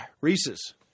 Reese's